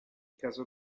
caso